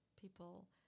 people